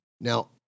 Now